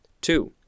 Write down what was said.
Two